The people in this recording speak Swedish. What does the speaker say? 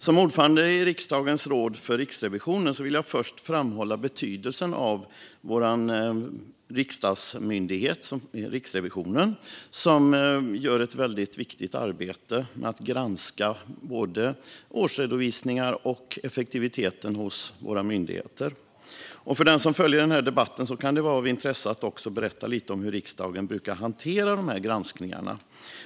Som ordförande i Riksdagens råd för Riksrevisionen vill jag först framhålla betydelsen av vår riksdagsmyndighet Riksrevisionen som gör ett väldigt viktigt arbete med att granska både årsredovisningar och effektiviteten hos våra myndigheter. För den som följer denna debatt kan det vara av intresse att jag också berättar lite grann om hur riksdagen brukar hantera dessa granskningar.